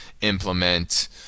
implement